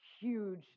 huge